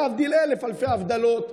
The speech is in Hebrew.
להבדיל אלף אלפי הבדלות,